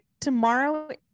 tomorrow